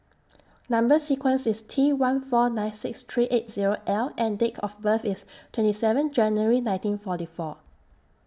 Number sequence IS T one four nine six three eight Zero L and Date of birth IS twenty seven January nineteen forty four